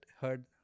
heard